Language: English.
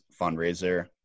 fundraiser